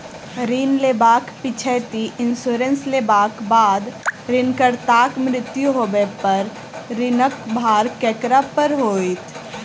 ऋण लेबाक पिछैती इन्सुरेंस लेबाक बाद ऋणकर्ताक मृत्यु होबय पर ऋणक भार ककरा पर होइत?